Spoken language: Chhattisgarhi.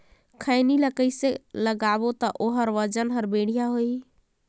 खैनी ला कइसे लगाबो ता ओहार वजन हर बेडिया होही?